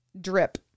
Drip